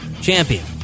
champion